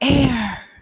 air